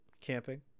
camping